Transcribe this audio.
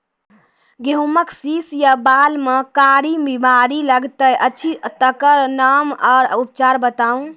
गेहूँमक शीश या बाल म कारी बीमारी लागतै अछि तकर नाम आ उपचार बताउ?